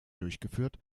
durchgeführt